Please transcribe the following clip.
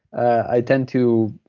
i tend to